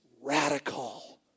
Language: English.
radical